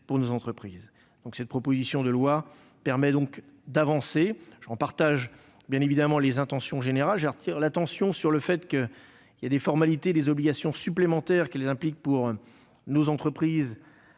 pour nos entreprises. Cette proposition de loi permet donc d'avancer ; j'en partage bien évidemment les intentions générales. J'attire cependant l'attention sur le fait que les formalités obligatoires supplémentaires qu'elle crée pour nos entreprises